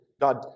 God